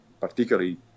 particularly